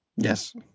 Yes